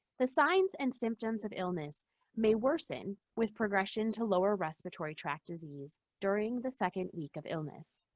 the signs and symptoms of illness may worsen with progression to lower respiratory track disease during the second week of illness.